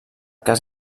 cas